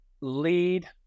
lead